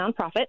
nonprofit